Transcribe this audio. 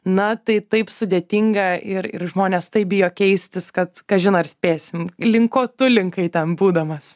na tai taip sudėtinga ir ir žmonės taip bijo keistis kad kažin ar spėsim link ko tu linkai ten būdamas